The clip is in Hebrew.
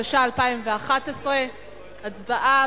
התשע"א 2011. הצבעה,